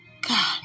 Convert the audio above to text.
God